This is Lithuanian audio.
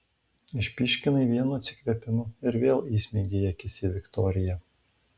išpyškinai vienu atsikvėpimu ir vėl įsmeigei akis į viktoriją